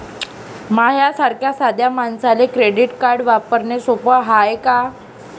माह्या सारख्या साध्या मानसाले क्रेडिट कार्ड वापरने सोपं हाय का?